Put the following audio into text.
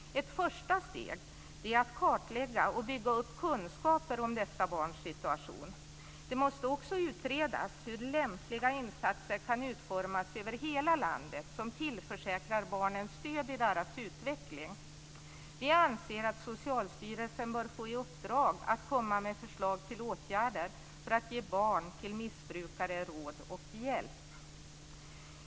Ett första steg är att kartlägga och bygga upp kunskaper om dessa barns situation. Det måste också utredas hur lämpliga insatser kan utformas över hela landet som tillförsäkrar barnen stöd i deras utveckling. Vi anser att Socialstyrelsen bör få i uppdrag att komma med förslag till åtgärder för att ge barn till missbrukare råd och hjälp.